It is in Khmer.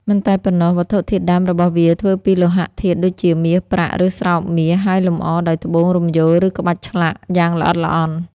មិនតែប៉ុណ្ណោះ វត្ថុធាតុដើមរបស់វាធ្វើពីលោហៈធាតុដូចជា មាស ប្រាក់ ឬស្រោបមាស ហើយលម្អដោយត្បូង រំយោល ឬក្បាច់ឆ្លាក់ យ៉ាងល្អិតល្អន់។